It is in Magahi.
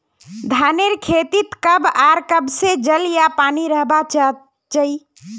धानेर खेतीत कब आर कब से जल या पानी रहबा चही?